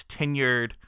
tenured